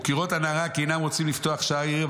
וכראות הנערה כי אינם רוצים לפתוח שער העיר,